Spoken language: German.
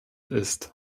ist